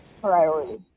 priority